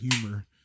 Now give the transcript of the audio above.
humor